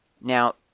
Now